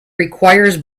requires